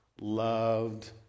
loved